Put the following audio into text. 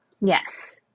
Yes